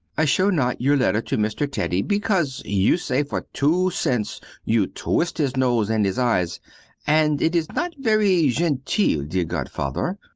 i show not your letter to mr. teddy because you say for two cents you twist his nose and his eyes and it is not very genteel, dear godfather.